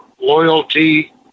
loyalty